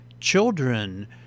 children